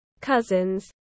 cousins